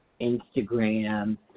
Instagram